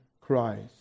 Christ